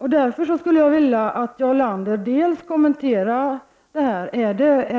Är